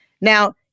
Now